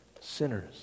sinners